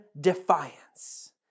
defiance